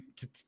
Get